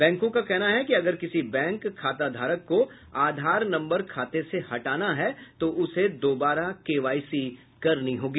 बैंकों का कहना है कि अगर किसी बैंक खाताधारक को आधार नम्बर खाते से हटाना है तो उसे दोबारा केवाईसी करनी होगी